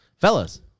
Fellas